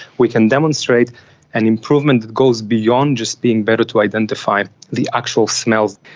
we can demonstrate an improvement that goes beyond just being better to identify the actual smells.